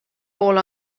pool